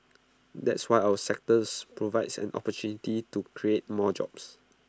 that's why our sectors provides an opportunity to create more jobs